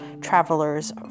travelers